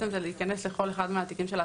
זה להיכנס לכל אחד מהתיקים.